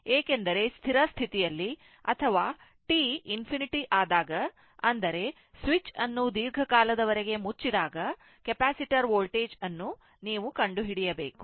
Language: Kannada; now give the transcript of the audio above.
ಏಕೆಂದರೆ ಸ್ಥಿರ ಸ್ಥಿತಿಯಲ್ಲಿ ಅಥವಾ t ∞ ಆದಾಗ ಅಂದರೆ ಸ್ವಿಚ್ ಅನ್ನು ದೀರ್ಘಕಾಲದವರೆಗೆ ಮುಚ್ಚಿದಾಗ ಕೆಪಾಸಿಟರ್ ವೋಲ್ಟೇಜ್ ಅನ್ನು ನೀವು ಕಂಡುಹಿಡಿಯಬೇಕು